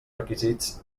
requisits